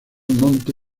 monte